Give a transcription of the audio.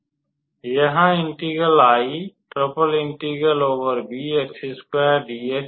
यहाँ integral I है